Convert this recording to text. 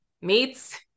meats